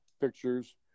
pictures